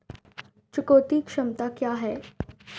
चुकौती क्षमता क्या है?